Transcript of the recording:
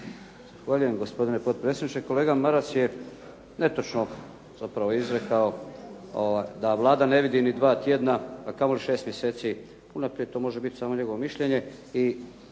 Zahvaljujem, gospodine potpredsjedniče. Kolega Maras je netočno zapravo izrekao da Vlada ne vidi ni dva tjedna, a kamoli šest mjeseci unaprijed. To može biti samo njegovo mišljenje.